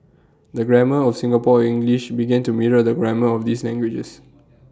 the grammar of Singaporean English began to mirror the grammar of these languages